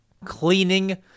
cleaning